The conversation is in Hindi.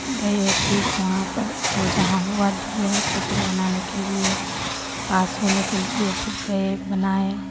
गए फिर वहाँ पर जो जहाँ हुआ दिए हैं चित्र बनाने के लिए पास होने के लिए फिर गए बनाए